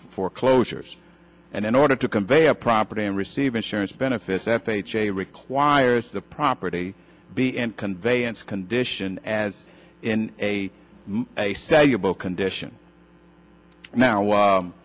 foreclosures and in order to convey a property and receive insurance benefits f h a requires the property be and conveyance condition as in a more a style your book condition now